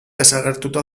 desagertuta